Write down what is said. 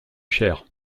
cher